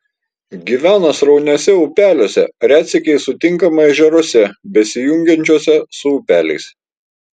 gyvena srauniuose upeliuose retsykiais sutinkama ežeruose besijungiančiuose su upeliais